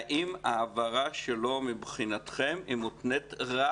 לא אמרת את זה האם ההעברה שלו מבחינתכם מותנית רק